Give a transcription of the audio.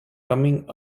coming